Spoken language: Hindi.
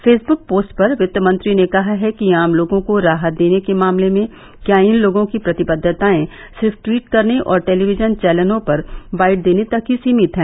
फेसबूक पोस्ट पर वित्त मंत्री ने कहा है कि आम लोगों को राहत देने के मामले में क्या इन लोगों की प्रतिबद्धताएं सिर्फ ट्वीट करने और टेलीविजन चैनलों पर बाइट देने तक सीमित है